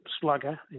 slugger